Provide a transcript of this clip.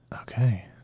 Okay